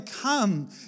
come